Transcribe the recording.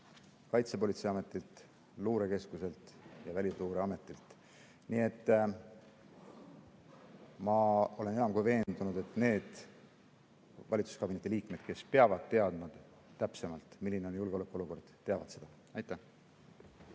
Kaitsepolitseiametilt, luurekeskuselt ja Välisluureametilt. Nii et ma olen enam kui veendunud, et need valitsuskabineti liikmed, kes peavad täpsemalt teadma, milline on julgeolekuolukord, teavad seda. Aitäh,